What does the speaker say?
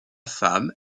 femme